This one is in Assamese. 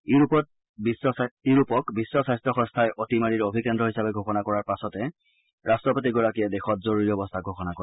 ইউৰোপত বিশ্ব স্বাস্থ্য সংস্থাই অতিমাৰীৰ অভিকেন্দ্ৰ হিচাপে ঘোষণা কৰাৰ পাছতে ৰট্টপতিগৰাকীয়ে দেশত জৰুৰী অৱস্থা ঘোষণা কৰে